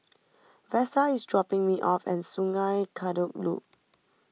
Vesta is dropping me off at Sungei Kadut Loop